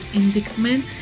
indictment